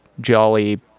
jolly